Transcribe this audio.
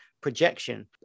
projection